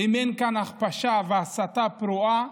אם אין כאן הכפשה והסתה פרועה,